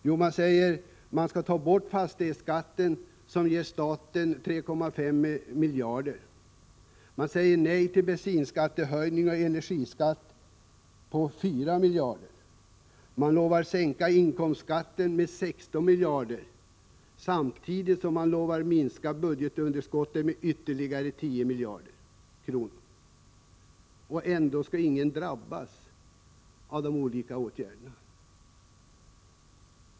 Jo, de skall ta bort fastighetsskatten, som ger staten 3,5 miljarder. De säger nej till höjningar av bensinskatt och energiskatt på 4 miljarder. De lovar sänka inkomstskatten med 16 miljarder, samtidigt som de avger löften om att minska budgetunderskottet med ytterligare 10 miljarder. Ändå skall ingen drabbas av de olika åtgärderna.